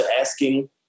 asking